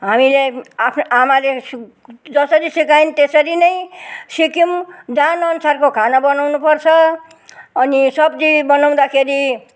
हामीले आफ्नै आमाले जसरी सिकाइन् त्यसरी नै सिक्यौँ जाहानअनुसारको खाना बनाउनुपर्छ अनि सब्जी बनाउँदाखेरि